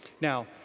Now